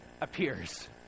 appears